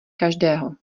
každého